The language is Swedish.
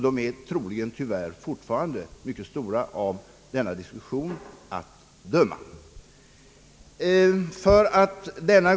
De är troligen tyvärr fortfarande mycket stora, av denna diskussion att döma.